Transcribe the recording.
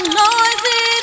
noisy